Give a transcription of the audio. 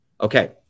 Okay